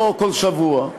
לא כל שבוע,